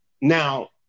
Now